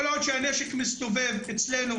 כל עוד שהנשק מסתובב אצלנו